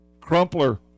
Crumpler